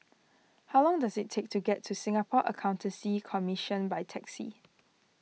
how long does it take to get to Singapore Accountancy Commission by taxi